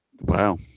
Wow